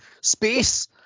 space